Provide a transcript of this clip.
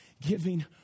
giving